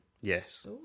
Yes